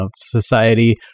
society